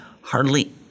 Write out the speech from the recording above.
hardly